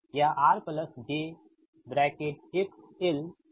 यह R j होगा और यह चीज है